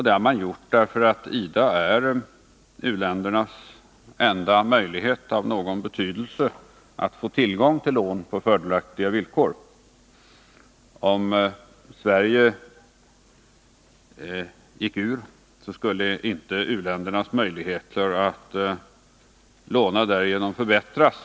Det har man gjort därför att IDA är u-ländernas enda möjlighet av någon betydelse att få tillgång till lån på fördelaktiga villkor. Om Sverige gick ur skulle inte u-ländernas möjligheter att låna förbättras.